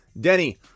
denny